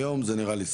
יוסף תורג'מן, סיעת